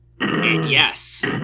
Yes